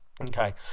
Okay